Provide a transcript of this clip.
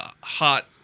hot